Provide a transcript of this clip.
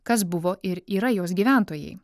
kas buvo ir yra jos gyventojai